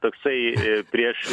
toksai prieš